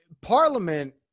Parliament